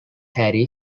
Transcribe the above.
harry